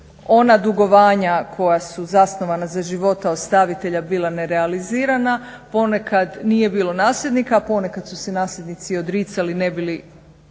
ona dugovanja koja su zasnovana za života ostavitelja bila nerealizirana ponekad nije bilo nasljednika, a ponekad su se nasljednici odricali ne bi li